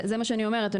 זה מה שאני אומרת.